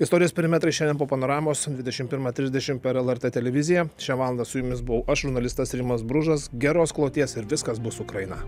istorijos perimetrai šiandien po panoramos dvidešim pirmą trisdešim per lrt televiziją šią valandą su jumis buvau aš žurnalistas rimas bružas geros kloties ir viskas bus ukraina